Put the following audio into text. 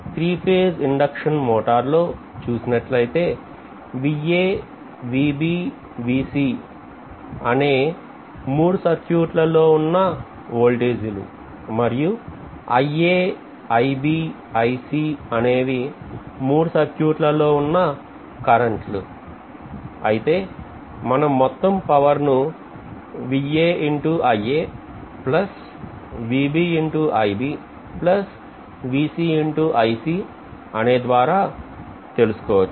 three phase induction motor లో చూసినట్లయితే అనే మూడు సర్క్యూట్ లలో ఉన్న ఓల్టేజీ లు మరియు అనేవి మూడు సర్క్యూట్ లలో ఉన్న కరెంటు అయితే మనం మొత్తం పవర్ ను అనే దాని ద్వారా తెలుసుకోవచ్చు